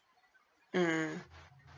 mm